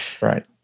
Right